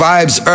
Vibes